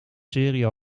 serie